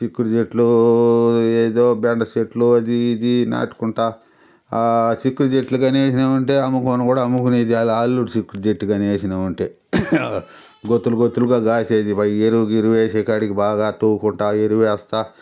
చిక్కుడు చెట్లు ఏదో బెండచెట్లు అది ఇది నాటుకుంటా చిక్కుడు చెట్లు కానీ ఏసినామంటే అమ్ముకొని కూడా అమ్ముకొనేది అది చిక్కుడు చెట్టు కానీ ఏసినామంటే గొత్తులు గొత్తులుగా కాసేది ఎరువు గిరువు ఏసే కాడికి బాగా తవ్వుకుంటా ఎరువేస్తా